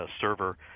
server